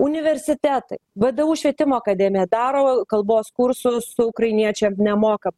universitetai vdu švietimo akademija daro kalbos kursus ukrainiečiams nemokamai